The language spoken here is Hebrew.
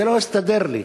זה לא הסתדר לי.